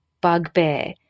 bugbear